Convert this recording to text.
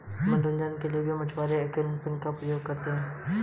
मनोरंजन के लिए भी मछुआरे एंगलिंग का प्रयोग करते हैं